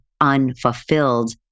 unfulfilled